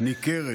ניכרת